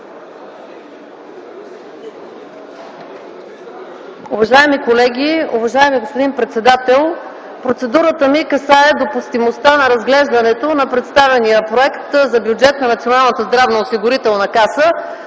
Уважаеми колеги, уважаеми господин председател! Процедурата ми касае допустимостта на разглеждането на представения Проект за бюджет на Националната здравноосигурителна каса,